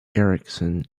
erickson